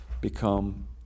become